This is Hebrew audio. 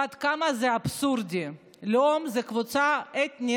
ועד כמה זה אבסורדי: לאום הוא קבוצה אתנית.